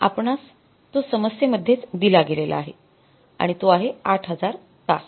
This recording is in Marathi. आपणास तो समस्ये मध्येच दिला गेलेला आहे आणि तो आहे ८००० तास